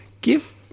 give